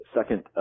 Second